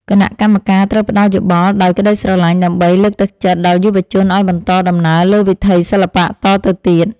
គណៈកម្មការត្រូវផ្ដល់យោបល់ដោយក្ដីស្រឡាញ់ ដើម្បី លើកទឹកចិត្តដល់យុវជនឱ្យបន្តដំណើរលើវិថីសិល្បៈតទៅទៀត។